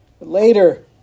Later